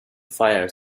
fire